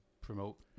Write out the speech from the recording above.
promote